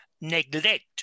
neglect